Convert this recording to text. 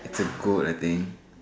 it's a goat I think